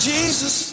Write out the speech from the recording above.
Jesus